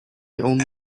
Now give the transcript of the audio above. only